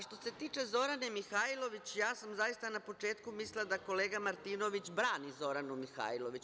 Što se tiče Zorane Mihajlović, ja sam zaista na početku mislila da kolega Martinović brani Zoranu Mihajlović.